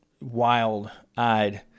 wild-eyed